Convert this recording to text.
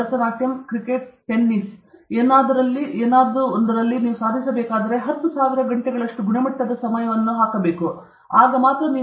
Bharatanatyam cricket tennis ಎಂದರೆ ನೀವು 10000 ಗಂಟೆಗಳಷ್ಟು ಗುಣಮಟ್ಟದ ಸಮಯವನ್ನು ಹಾಕಬೇಕಾದರೆ ನೀವು ಮಾರ್ಕ್ ಸರಿ ಮಾಡಬಹುದು